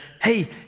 hey